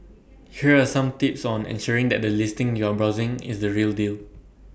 here are some tips on ensuring that the listing you are browsing is the real deal